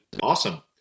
awesome